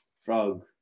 Frog